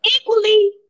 Equally